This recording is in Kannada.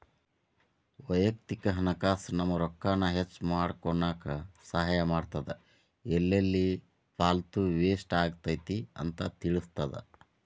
ವಯಕ್ತಿಕ ಹಣಕಾಸ್ ನಮ್ಮ ರೊಕ್ಕಾನ ಹೆಚ್ಮಾಡ್ಕೊನಕ ಸಹಾಯ ಮಾಡ್ತದ ಎಲ್ಲೆಲ್ಲಿ ಪಾಲ್ತು ವೇಸ್ಟ್ ಆಗತೈತಿ ಅಂತ ತಿಳಿತದ